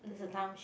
mmhmm